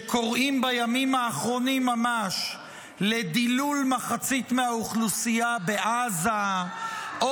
שקוראים בימים האחרונים ממש לדילול מחצית מהאוכלוסייה בעזה -- די,